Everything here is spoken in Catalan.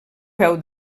peu